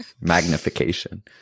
magnification